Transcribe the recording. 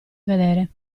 vedere